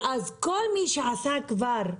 ואז כל מי שעשה כבר,